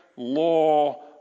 Law